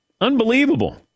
Unbelievable